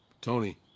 Tony